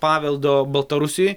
paveldo baltarusijoj